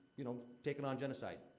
you know, taking on genocide?